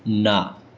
ના